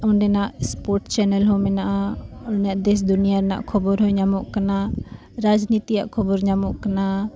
ᱚᱸᱰᱮᱱᱟᱜ sport channel ᱦᱚᱸ ᱢᱮᱱᱟᱜᱼᱟ ᱚᱸᱰᱮᱱᱟᱜ ᱫᱮᱥ ᱫᱩᱱᱤᱭᱟᱹ ᱠᱷᱚᱵᱚᱨ ᱦᱚᱸ ᱧᱟᱢᱚᱜ ᱠᱟᱱᱟ ᱨᱟᱡᱽᱱᱤᱛᱤᱭᱟᱜ ᱠᱷᱚᱵᱚᱨ ᱧᱟᱢᱚᱜ ᱠᱟᱱᱟ